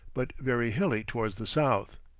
but very hilly towards the south.